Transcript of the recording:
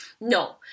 No